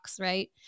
right